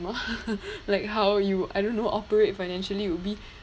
like how you I don't know operate financially would be